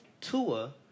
Tua